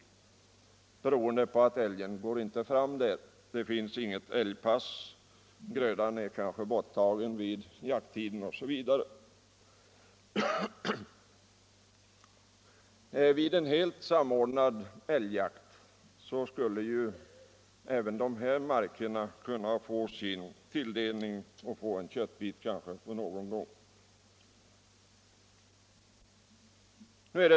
Detta beror då på att älgen inte går fram där. Det finns inget älgpass i de markerna, grödan är kanske borttagen vid jakttiden osv. Vid en helt samordnad älgjakt skulle även de markägarna kunna få sin tilldelning och någon gång få en bit älgkött.